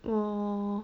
我